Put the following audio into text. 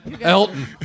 Elton